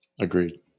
agreed